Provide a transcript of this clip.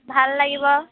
ভাল লাগিব